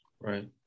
Right